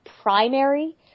primary